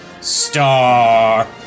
Star